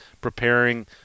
preparing